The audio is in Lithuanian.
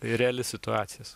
reali situacijas